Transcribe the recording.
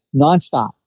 nonstop